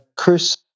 Chris